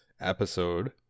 episode